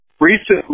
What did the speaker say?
Recently